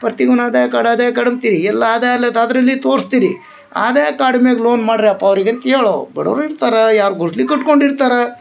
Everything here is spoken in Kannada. ಪರ್ತಿ ನೀವು ಆದಾಯ ಕಾರ್ಡ್ ಆದಾಯ ಕಾರ್ಡ್ ಅಂತೀರಿ ಎಲ್ ಆದಾಯಲ್ಲ ಅದ್ರಂಗೆ ತೋರ್ಸ್ತೀರಿ ಆದಾಯ ಕಾರ್ಡ್ ಮೇಲೆ ಲೋನ್ ಮಾಡ್ರಿ ಅಂಥವ್ರಿಗೆ ಅಂತೇಳವ ಬಡುವರು ಇರ್ತಾರೆ ಯಾರ ಗುಡ್ಸ್ಲ ಕಟ್ಕೊಂಡು ಇರ್ತಾರೆ